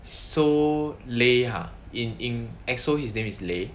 so lay !huh! in in exo his name is lay